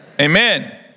Amen